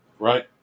Right